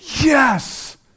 Yes